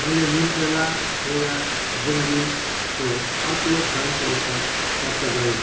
मैले Nutrela soya ग्रेन्युल्सको अर्को ब्रान्डको उत्पाद प्राप्त गरेँ